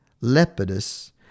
Lepidus